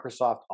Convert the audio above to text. Microsoft